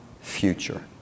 future